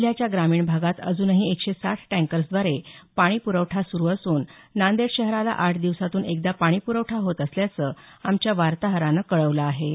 जिल्ह्याच्या ग्रामीण भागात अजूनही एकशे साठ टँकर्सद्वारे पाणी पुरवठा सुरू असून नांदेड शहराला आठ दिवसांतून एकदा पाणीपूरवठा होत असल्याचं आमच्या वार्ताहरानं कळवलं आहे